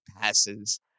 passes